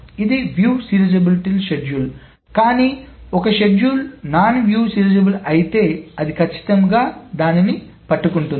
ఇది view serializable schedule కానీ ఒక షెడ్యూల్ నాన్ వ్యూ సీరియలైజబుల్ అయితే అది ఖచ్చితంగా దాన్ని పట్టుకుంటుంది